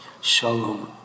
shalom